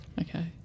Okay